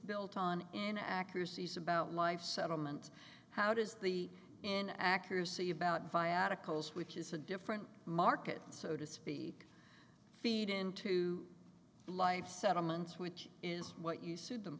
built on in accuracies about life settlement how does the in accuracy about vi at a cost which is a different market so to speak feed into life settlements which is what you sued them